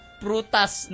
prutas